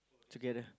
together